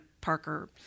Parker